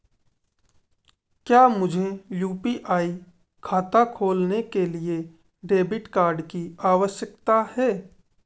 क्या मुझे यू.पी.आई खाता खोलने के लिए डेबिट कार्ड की आवश्यकता है?